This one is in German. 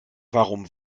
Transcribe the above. warum